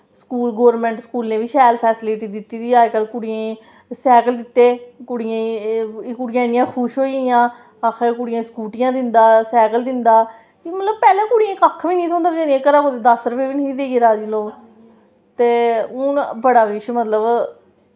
school government स्कूलैं बी शैल फैसिलिटी दित्ती दी ऐ अज कल कुड़ियें गी सैकल दित्ते कुड़ियें कुड़ियां इन्नियां खुश होई गेइयां आक्खै दे कुड़ियां स्कूटियां दिंदा सैकल दिंदा मतलब पैह्लें कुड़ियें कक्ख निं हा थ्होंदा घरा कुतै दस रपे देइयै बी राज़ी नेईं हे लोग ते हून बड़ा किश मतलब